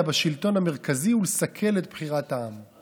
בשלטון המרכזי ולסכל את בחירת העם.